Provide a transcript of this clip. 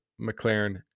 McLaren